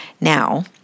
Now